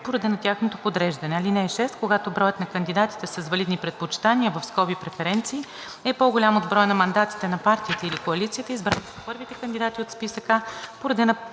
по реда на тяхното подреждане. (6) Когато броят на кандидатите с валидни предпочитания (преференции) е по-голям от броя на мандатите на партията или коалицията, избрани са първите кандидати от списък